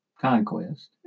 Conquest